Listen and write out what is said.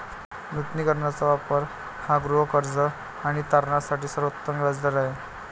नूतनीकरणाचा वापर हा गृहकर्ज आणि तारणासाठी सर्वोत्तम व्याज दर आहे